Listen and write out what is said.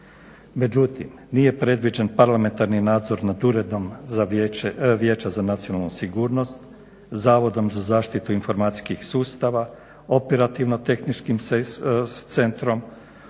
Međutim, nije predviđen parlamentarni nadzor nad Uredom vijeća za nacionalnu sigurnost, Zavodom za zaštitu informacijskih sustava, Operativno-tehničkim centrom,